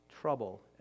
trouble